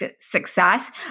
success